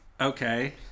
Okay